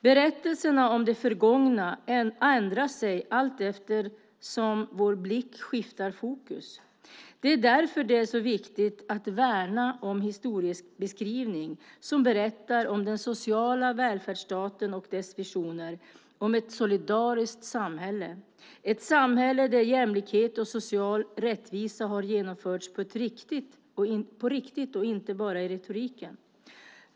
Berättelserna om det förgångna ändrar sig allteftersom vår blick skiftar fokus. Det är därför det är så viktigt att värna om en historieskrivning som berättar om den sociala välfärdsstaten och dess visioner om ett solidariskt samhälle - ett samhälle där jämlikhet och social rättvisa har genomförts på riktigt och inte bara i retoriken.